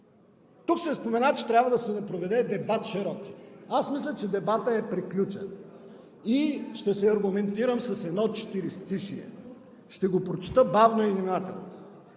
Тук се спомена, че трябва да се проведе широк дебат. Аз мисля, че дебатът е приключен, и ще се аргументирам с едно четиристишие. Ще го прочета бавно и внимателно: